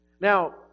Now